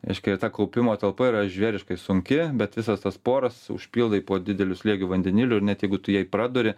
reiškia ta kaupimo talpa yra žvėriškai sunki bet visas tas poras užpildai po dideliu slėgiu vandeniliu ir net jeigu tu jai praduri